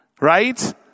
right